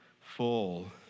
full